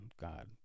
God